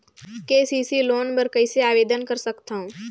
KCC loan बर कइसे आवेदन कर सकथव?